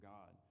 God